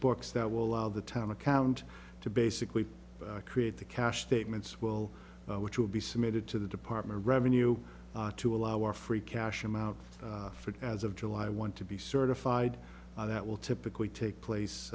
books that will allow the town account to basically create the cash statements will which will be submitted to the department of revenue to allow our free cash amount for as of july i want to be certified that will typically take place